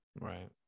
right